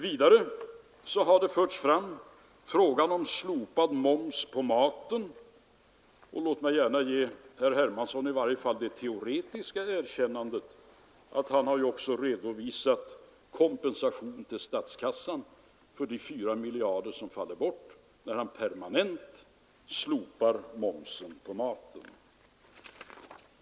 Vidare har frågan om slopad moms på maten förts fram. Låt mig gärna ge herr Hermansson det i varje fall teoretiska erkännandet att han också redovisar kompensation till statskassan för de fyra miljarder som faller bort när han permanent slopar momsen på maten.